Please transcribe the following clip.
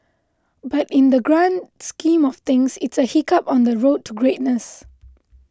but in the grand scheme of things it's a hiccup on the road to greatness